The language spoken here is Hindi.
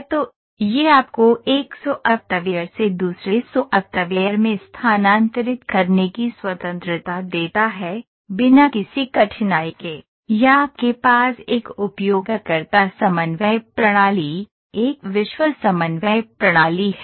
तो यह आपको एक सॉफ़्टवेयर से दूसरे सॉफ़्टवेयर में स्थानांतरित करने की स्वतंत्रता देता है बिना किसी कठिनाई के या आपके पास एक उपयोगकर्ता समन्वय प्रणाली एक विश्व समन्वय प्रणाली है